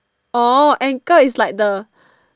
orh anchor is like the